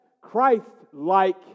Christ-like